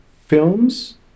films